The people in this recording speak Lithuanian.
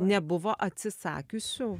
nebuvo atsisakiusių